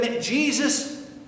Jesus